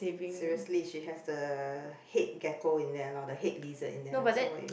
seriously she has the head gecko in there loh the head lizard in there lah so what you